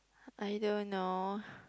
I don't know